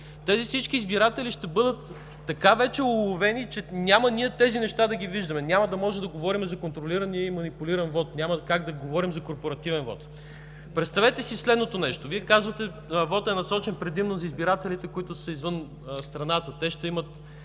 тези избиратели ще бъдат така вече уловени, че ние няма да виждаме тези неща, няма да може да говорим за контролиран и манипулиран вот, няма как да говорим за корпоративен вот. Представете си следното нещо: Вие казвате, че вотът е насочен предимно за избирателите, които са извън страната, те ще имат